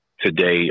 today